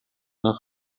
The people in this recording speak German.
nach